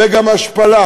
זה גם השפלה.